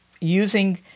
using